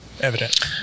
evident